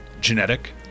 Genetic